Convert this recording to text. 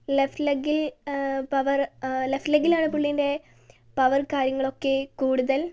left ലെഗ്ഗിൽ power left ലെഗ്ഗിലാണ് പുള്ളിൻ്റെ പവറ് കാര്യങ്ങളൊക്കെ കൂടുതൽ